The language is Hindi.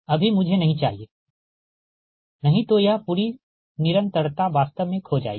अभी मुझे नहीं चाहिए नही तो यह पूरी निरंतरता वास्तव में खो जाएगी